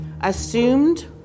assumed